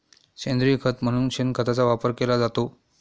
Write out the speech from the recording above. सेंद्रिय खत म्हणून शेणखताचा वापर केला जातो